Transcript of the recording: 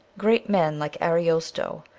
great men like ariosto,